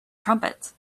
trumpet